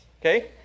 Okay